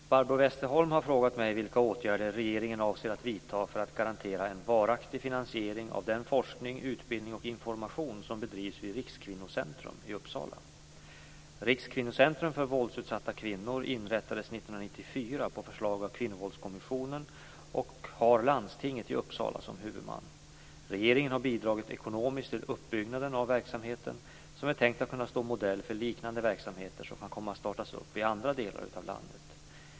Fru talman! Barbro Westerholm har frågat mig vilka åtgärder regeringen avser att vidta för att garantera en varaktig finansiering av den forskning, utbildning och information som bedrivs vid Regeringen har bidragit ekonomiskt till uppbyggnaden av verksamheten, som är tänkt att kunna stå modell för liknande verksamhet som kan komma att startas upp i andra delar av landet.